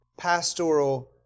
Pastoral